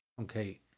Okay